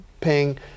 paying